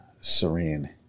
serene